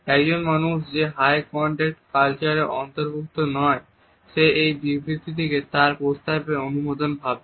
একজন মানুষ যে হাই কন্টাক্ট কালচারে অন্তর্ভুক্ত নয় সে এই বিবৃতিটিকে তার প্রস্তাবের অনুমোদন ভাববে